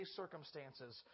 circumstances